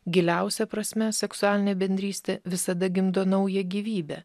giliausia prasme seksualinė bendrystė visada gimdo naują gyvybę